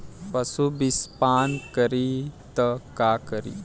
पशु विषपान करी त का करी?